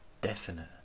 definite